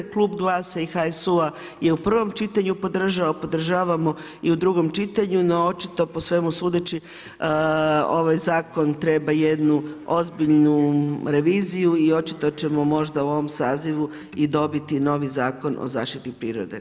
Klub GLAS-a i HSU-a je u prvom čitanju podržao, podržavamo i u drugom čitanju, no očito po svemu sudeći ovaj zakon treba jednu ozbiljnu reviziju i očito ćemo možda u ovom sazivu i dobiti novi Zakon o zaštiti prirode.